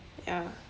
ya